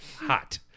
hot